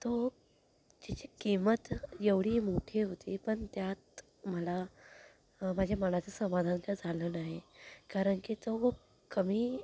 तो तिची किंमत एवढी मोठी होती पण त्यात मला माझ्या मनाचं समाधान काही झालं नाही कारण की तो कमी